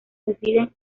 deciden